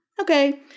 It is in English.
Okay